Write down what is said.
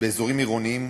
באזורים עירוניים,